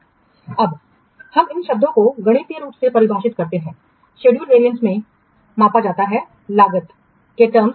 अब हम इन शब्दों को गणितीय रूप से परिभाषित करते हैं शेड्यूल वेरियंस में मापा जाता है लागत की शर्तें